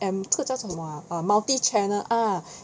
mm 这叫什么 ah err multi-channel ah